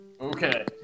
Okay